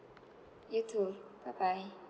you too bye bye